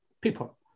people